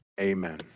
amen